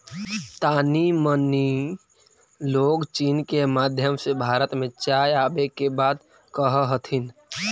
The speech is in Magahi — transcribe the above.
तानी मनी लोग चीन के माध्यम से भारत में चाय आबे के बात कह हथिन